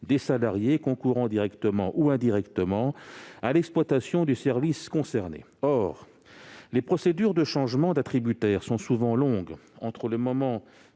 des salariés concourant directement ou indirectement à l'exploitation du service concerné ». Or les procédures de changement d'attributaire sont souvent longues. Entre le moment